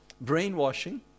brainwashing